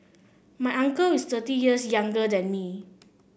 my uncle is thirty years younger than me